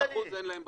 20% אין להם בחוץ?